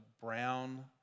brown